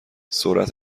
سرعت